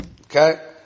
Okay